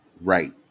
Right